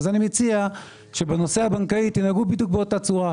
אני מציע שבנושא הבנקאי תנהגו בדיוק באותה צורה.